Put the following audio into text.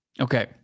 Okay